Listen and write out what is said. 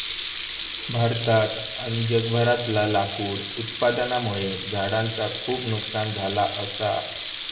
भारतात आणि जगभरातला लाकूड उत्पादनामुळे झाडांचा खूप नुकसान झाला असा